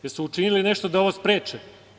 Jesu učinili nešto da ovo spreče?